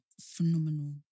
Phenomenal